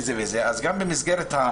אני מבקש עיון מחדש.